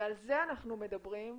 על זה אנחנו מדברים.